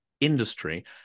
industry